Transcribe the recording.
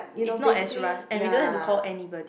it's not as rushed and we don't have to call anybody